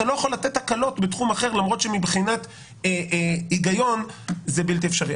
לא יכול לתת הקלות בתחום אחר למרות שמבחינת היגיון זה אפשרי.